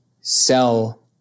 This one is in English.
sell